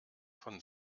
von